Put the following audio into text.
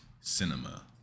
cinema